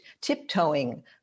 tiptoeing